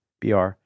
BR